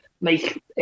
make